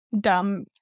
dumb